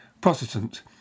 Protestant